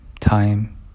time